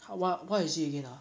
ho~ what what is it again ah